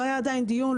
לא היה עדיין דיון,